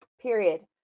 period